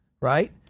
right